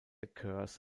occurs